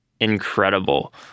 incredible